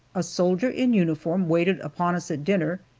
a soldier in uniform waited upon us at dinner,